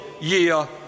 year